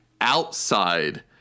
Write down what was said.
outside